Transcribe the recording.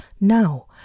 now